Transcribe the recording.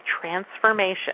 transformation